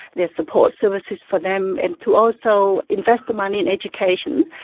there's support services for them, and to also invest the money in education.